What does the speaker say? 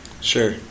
Sure